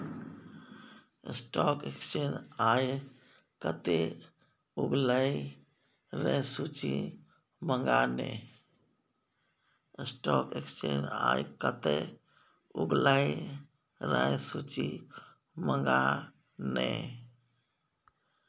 stock exchange आय कते उगलै रै सूची मंगा ने